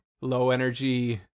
low-energy